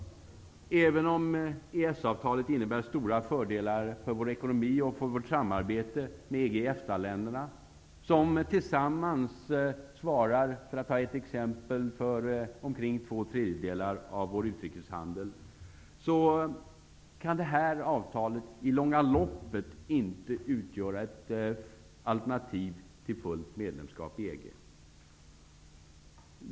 Även om EES-avtalet innebär stora fördelar för vår ekonomi och för vårt samarbetete med EG och EFTA-länderna, som tillsammans svarar för -- för att ta ett exempel -- omkring två tredjedelar av vår utrikeshandel, kan det här avtalet i det långa loppet inte utgöra ett alternativ till fullt medlemskap i EG.